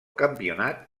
campionat